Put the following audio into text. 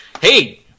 hey